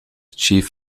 chief